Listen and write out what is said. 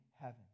heaven